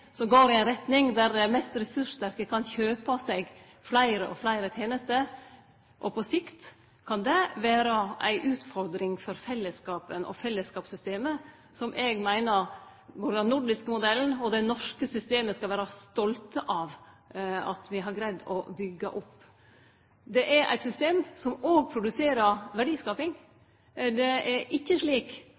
som går i ei retning der dei mest ressurssterke kan kjøpe seg fleire og fleire tenester. På sikt kan det vere ei utfordring for fellesskapen og fellesskapssystemet – den nordiske modellen og det norske systemet, som me skal vere stolte av at me har greidd å byggje opp. Det er eit system som òg produserer verdiskaping. Det er ikkje slik